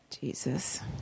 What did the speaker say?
Jesus